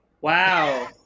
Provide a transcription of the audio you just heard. Wow